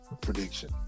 prediction